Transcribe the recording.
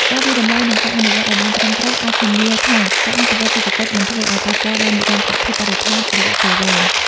ការវាយតម្លៃ និងការអនុវត្តឲ្យបានត្រឹមត្រូវអាចធានាថាការអភិវឌ្ឍន៍សេដ្ឋកិច្ចមិនធ្វើឲ្យប៉ះពាល់ដល់និរន្តរភាពបរិស្ថានរយៈពេលវែង។